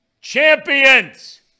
Champions